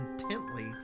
intently